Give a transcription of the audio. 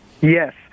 Yes